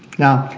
now,